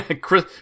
Chris